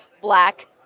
black